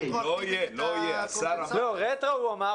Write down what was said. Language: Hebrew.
לא יהיה, השר אמר.